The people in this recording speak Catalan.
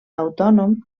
autònom